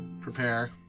prepare